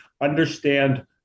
understand